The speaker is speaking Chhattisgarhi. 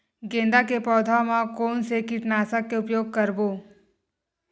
गेंदा के पौधा म कोन से कीटनाशक के उपयोग करबो?